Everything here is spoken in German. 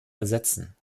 ersetzen